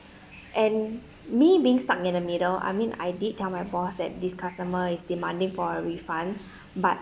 and me being stuck in the middle I mean I did tell my boss that this customer is demanding for a refund but